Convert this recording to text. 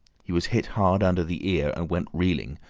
he was hit hard under the ear, and went reeling,